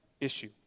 issue